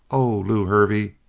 oh, lew hervey,